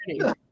ready